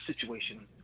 situation